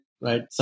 right